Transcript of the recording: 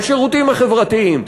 בשירותים החברתיים.